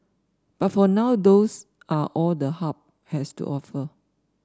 but for now those are all the Hub has to offer